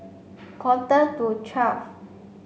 quarter to twelve